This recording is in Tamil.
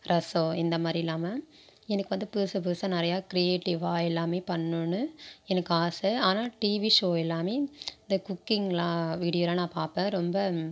ரசம் இந்தமாதிரி இல்லாமல் எனக்கு வந்து புதுசு புதுசாக நிறையா கிரியேட்டிவ்வாக எல்லாமே பண்ணுன்னு எனக்கு ஆசை ஆனால் டிவி ஷோ எல்லாமே இந்தக் குக்கிங்லாம் வீடியோலாம் நான் பார்ப்பேன் ரொம்ப